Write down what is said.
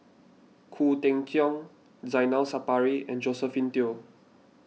Khoo Cheng Tiong Zainal Sapari and Josephine Teo